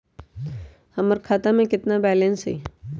हमर खाता में केतना बैलेंस हई?